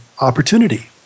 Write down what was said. opportunity